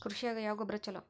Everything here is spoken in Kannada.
ಕೃಷಿಗ ಯಾವ ಗೊಬ್ರಾ ಛಲೋ?